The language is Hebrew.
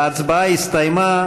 ההצבעה הסתיימה.